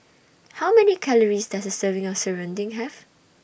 How Many Calories Does A Serving of Serunding Have